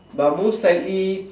but most likely